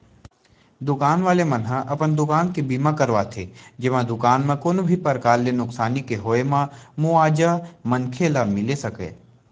दुकान वाले मन ह अपन दुकान के बीमा करवाथे जेमा दुकान म कोनो भी परकार ले नुकसानी के होय म मुवाजा मनखे ल मिले सकय